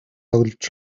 тоглож